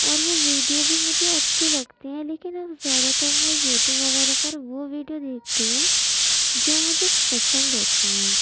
اور وہ ویڈیو بھی مجھے اچھے لگتے ہیں لیکن اب زیادہ تر میں یوٹوب وغیرہ پر وہ ویڈیو دیکھتی ہوں جو مجھے پسند ہوتے ہیں